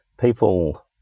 people